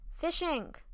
fishing